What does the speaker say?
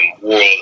world